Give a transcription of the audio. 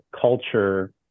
culture